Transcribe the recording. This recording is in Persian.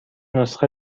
نسخه